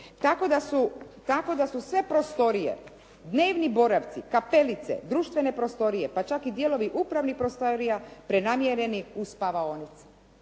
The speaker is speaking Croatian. tako da su sve prostorije, dnevni boravci, kapelice, društvene prostorije pa čak i dijelovi upravnih prostorija prenamijenjeni u spavaonice.